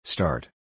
Start